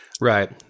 Right